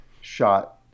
shot